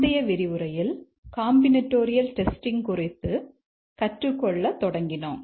முந்தைய விரிவுரையில் combinatorial testing குறித்து கற்றுக்கொள்ள தொடங்கினோம்